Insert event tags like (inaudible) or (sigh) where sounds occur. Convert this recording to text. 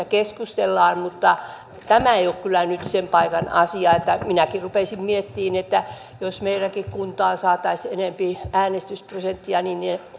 (unintelligible) keskustellaan mutta tämä ei ole kyllä nyt sen paikan asia että minäkin rupeaisin miettimään että jotta meidänkin kuntaan saataisiin enempi äänestysprosenttia niin